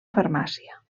farmàcia